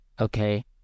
okay